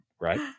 right